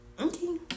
Okay